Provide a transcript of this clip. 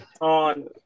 On